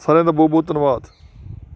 ਸਾਰਿਆਂ ਦਾ ਬਹੁਤ ਬਹੁਤ ਧੰਨਵਾਦ